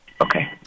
Okay